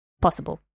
possible